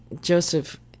joseph